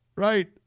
Right